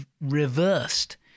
reversed